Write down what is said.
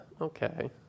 Okay